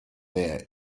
there